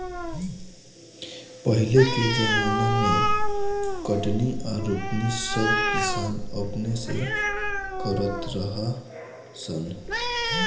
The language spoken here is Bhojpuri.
पहिले के ज़माना मे कटनी आ रोपनी सब किसान अपने से करत रहा सन